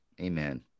Amen